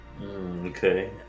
Okay